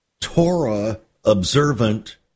Torah-observant